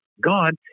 God